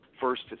First